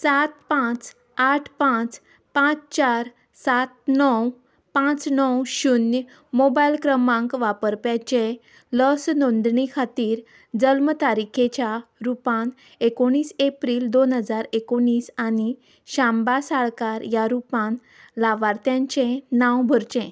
सात पांच आठ पांच पांच चार सात णव पांच णव शुन्य मोबायल क्रमांक वापरप्याचे लस नोंदणी खातीर जल्म तारीकेच्या रुपान एकोणीस एप्रील दोन हजार एकोणीस आनी शांबा साळकार या रुपान लावार्थ्यांचें नांव भरचें